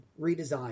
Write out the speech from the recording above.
redesign